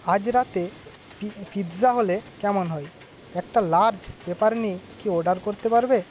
আজ রাতে পিৎজা হলে কেমন হয় একটা লার্জ পেপারনি কি অর্ডার করতে পারবে